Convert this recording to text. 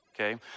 Okay